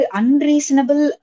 unreasonable